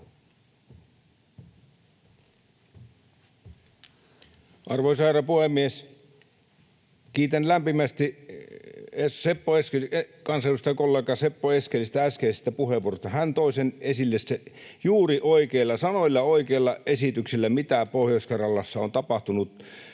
Arvoisa herra puhemies! Kiitän lämpimästi kansanedustajakollega Seppo Eskelistä äskeisistä puheenvuoroista. Hän toi esille juuri oikeilla sanoilla ja oikeilla esityksillä sen, mitä Pohjois-Karjalassa on tapahtunut.